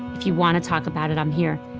if you want to talk about it, i'm here,